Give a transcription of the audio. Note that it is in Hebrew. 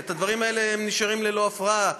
הדברים האלה נשארים ללא הפרעה.